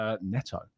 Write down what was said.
Neto